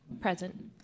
Present